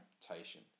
temptation